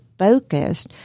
focused